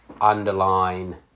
underline